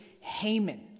Haman